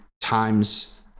times